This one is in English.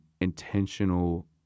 intentional